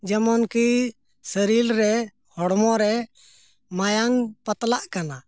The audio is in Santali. ᱡᱮᱢᱚᱱ ᱠᱤ ᱥᱚᱨᱤᱨ ᱨᱮ ᱦᱚᱲᱢᱚ ᱨᱮ ᱢᱟᱭᱟᱝ ᱯᱟᱛᱞᱟᱜ ᱠᱟᱱᱟ